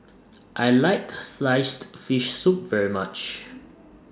I like Sliced Fish Soup very much